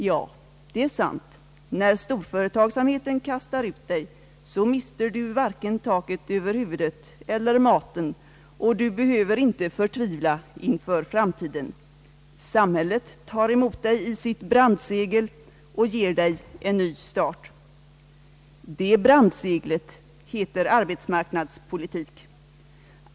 — Ja, det är sant, när storföretagsamheten kastar ut dig, så mister du varken taket över huvudet eller maten och du behöver inte förtvivla inför framtiden. Samhället tar emot dig 1 sitt brandsegel och ger dig en ny start. Det brandseglet heter arbetsmarknadspolitik.